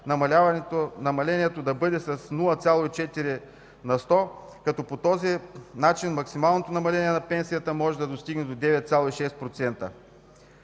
намалението да бъде с 0,4 на сто, като по този начин максималното намаление на пенсията може да достигне до 9,6%.